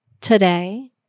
today